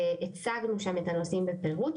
הצגנו שם את הנושאים בפירוט,